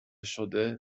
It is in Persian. شده